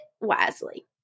wisely